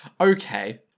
okay